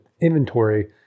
inventory